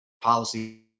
policy